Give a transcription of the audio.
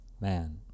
man